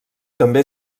també